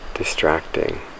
distracting